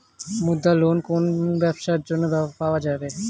মুদ্রা লোন কোন কোন ব্যবসার জন্য পাওয়া যাবে?